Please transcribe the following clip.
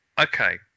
Okay